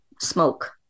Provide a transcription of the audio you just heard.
smoke